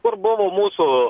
kur buvo mūsų